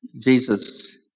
Jesus